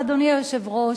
אדוני היושב-ראש,